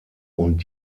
und